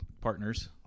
Partners